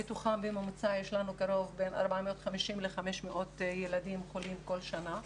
מתוכם בממוצע יש לנו בין 450 ל-500 ילדים חולים כל שנה.